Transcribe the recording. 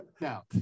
now